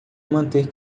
manter